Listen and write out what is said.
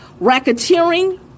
racketeering